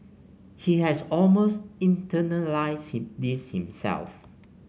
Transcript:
he has almost internalised this himself